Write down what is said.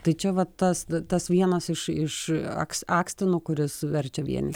tai čia vat tas tas vienas iš aks akstinu kuris verčia vieni